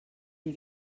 les